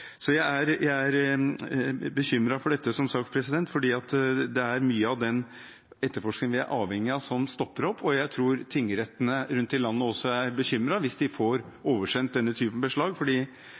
Jeg er som sagt bekymret for dette, fordi det er mye av den etterforskningen vi er avhengig av, som stopper opp. Jeg tror også at tingrettene rundt i landet er bekymret hvis de får oversendt denne typen beslag,